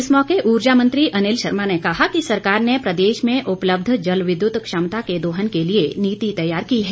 इस मौके उर्जा मंत्री अनिल शर्मा ने कहा कि सरकार ने प्रदेश में उपलब्ध जलविद्युत क्षमता के दोहन के लिए नीति तैयार की है